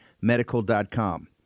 Medical.com